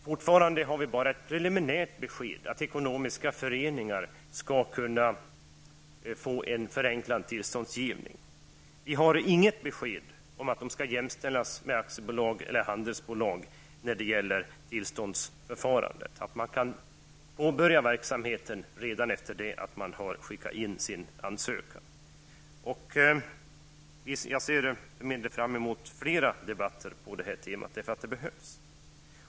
Fortfarande finns det bara ett preliminärt besked om att en förenklad tillståndsgivning är möjlig för ekonomiska föreningar. Men det finns inget besked om att dessa skall jämställas med aktiebolag eller handelsbolag när det gäller tillståndsförfarandet -- dvs. att verksamhet kan påbörjas så snart en ansökan är inlämnad. Jag för min del ser fram emot fler debatter på det här temat, för sådana behövs.